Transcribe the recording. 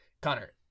connor